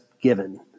given